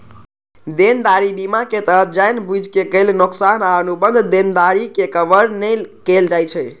देनदारी बीमा के तहत जानि बूझि के कैल नोकसान आ अनुबंध देनदारी के कवर नै कैल जाइ छै